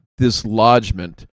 dislodgement